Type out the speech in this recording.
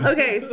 Okay